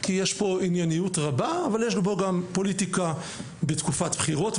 בדיון הזה יש גם ענייניות רבה וגם פוליטיקה בתקופת בחירות.